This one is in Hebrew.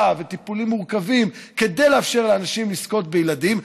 וטיפולים מורכבים כדי לאפשר לאנשים לזכות בילדים.